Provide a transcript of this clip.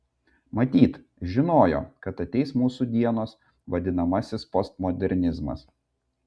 matyt žinojo kad ateis mūsų dienos vadinamasis postmodernizmas